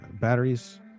batteries